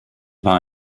war